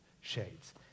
Shades